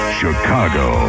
Chicago